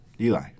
Eli